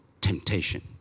temptation